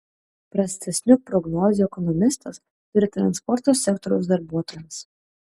prastesnių prognozių ekonomistas turi transporto sektoriaus darbuotojams